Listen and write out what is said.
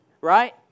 right